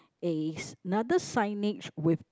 another signage with the